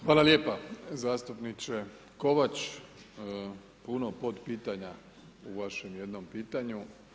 Hvala lijepa, zastupniče Kovač, puno pod pitanja u vašem jednom pitanju.